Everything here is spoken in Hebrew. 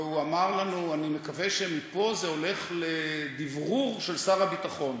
והוא אמר לנו: אני מקווה שמפה זה הולך לדברור של שר הביטחון.